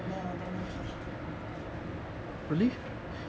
than the than the peach